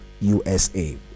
USA